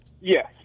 Yes